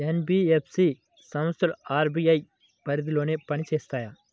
NBFC సంస్థలు RBI పరిధిలోనే పని చేస్తాయా?